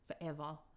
forever